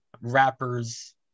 rappers